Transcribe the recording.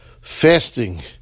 fasting